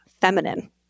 feminine